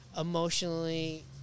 emotionally